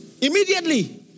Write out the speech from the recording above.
Immediately